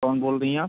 कौन बोल रहीं आप